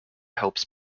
helps